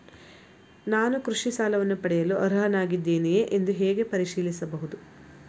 ನಾನು ಕೃಷಿ ಸಾಲವನ್ನು ಪಡೆಯಲು ಅರ್ಹನಾಗಿದ್ದೇನೆಯೇ ಎಂದು ಹೇಗೆ ಪರಿಶೀಲಿಸಬಹುದು?